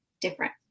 different